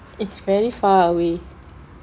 it's very far away